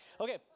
Okay